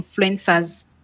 influencers